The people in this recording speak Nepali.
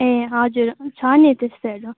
ए हजुर छ नि त्यस्तोहरू